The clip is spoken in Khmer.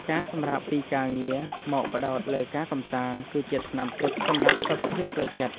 ការសម្រាកពីការងារមកផ្ដោតលើការកម្សាន្តគឺជាថ្នាំទិព្វសម្រាប់សុខភាពផ្លូវចិត្ត។